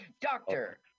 doctor